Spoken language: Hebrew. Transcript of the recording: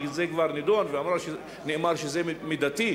כי זה כבר נדון ונאמר שזה מידתי,